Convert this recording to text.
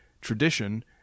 tradition